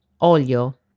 olio